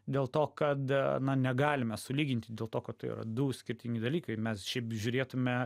dėl to kad na negalime sulyginti dėl to kad tai yra du skirtingi dalykai mes šiaip žiūrėtume